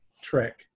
trick